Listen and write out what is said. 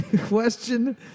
Question